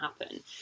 happen